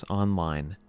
online